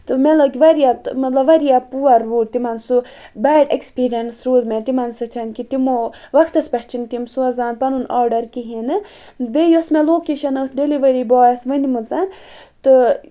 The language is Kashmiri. تہٕ مےٚ لٔگۍ واریاہ مطلب واریاہ پُور روٗد تِمَن سُہ بیڑ ایٚکٕسپِرینٕس روٗد مےٚ تِمَن سۭتۍ کہِ تِمو وقتَس پٮ۪ٹھ چھنہٕ تِم سوزان پَنُن آرڈر کِہینۍ نہٕ بیٚیہِ یۄس مےٚ لوکیشن ٲسۍ ڈیٚلِوری بایَس ؤنمٕژ تہٕ